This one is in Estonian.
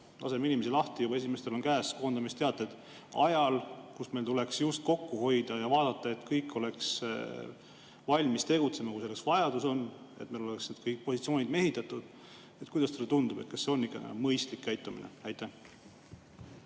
laseme inimesi lahti – juba esimestel on käes koondamisteated – ajal, kus meil tuleks just kokku hoida ja vaadata, et kõik oleks valmis tegutsema, kui selleks vajadus on, et meil oleksid kõik positsioonid mehitatud. Kuidas teile tundub, kas see on ikka mõistlik käitumine? Aga